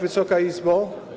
Wysoka Izbo!